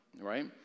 right